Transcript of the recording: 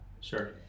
Sure